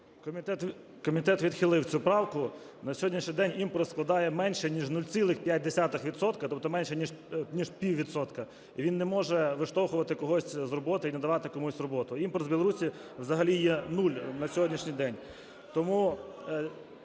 Комітет відхилив цю правку. На сьогоднішній день імпорт складає менше ніж 0,5 відсотка, тобто менше ніж піввідсотка. І він не може виштовхувати когось з роботи і не давати комусь роботу. Імпорт з Білорусії взагалі є 0 на сьогоднішній день.